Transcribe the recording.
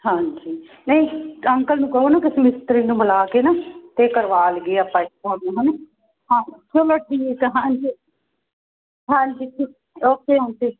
ਹਾਂਜੀ ਨਹੀਂ ਅੰਕਲ ਨੂੰ ਕਹੋ ਨਾ ਕਿਸੇ ਮਿਸਤਰੀ ਨੂੰ ਬੁਲਾ ਕੇ ਨਾ ਅਤੇ ਕਰਵਾ ਲਈਏ ਆਪਾਂ ਇੱਕ ਵਾਰੀ ਹਨਾ ਹਾਂ ਚੱਲੋ ਠੀਕ ਆ ਹਾਂਜੀ ਹਾਂਜੀ ਓਕੇ ਆਂਟੀ ਜੀ